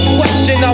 question